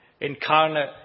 incarnate